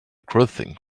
clothing